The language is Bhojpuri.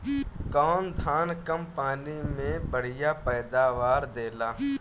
कौन धान कम पानी में बढ़या पैदावार देला?